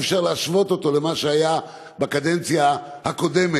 אי-אפשר להשוות אותו למה שהיה בקדנציה הקודמת,